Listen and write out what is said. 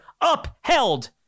upheld